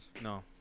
No